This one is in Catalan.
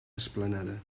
esplanada